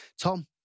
Tom